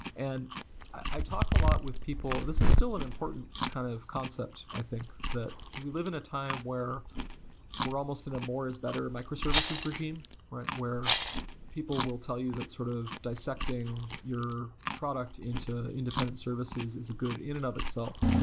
and i talk a lot with people this is still an important kind of concept, i think, that we live in a time where we're almost in a more is better microservices regime where where people will tell you that sort of dissecting your product into independent services is a good in and of itself.